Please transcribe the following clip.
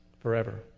forever